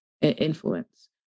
influence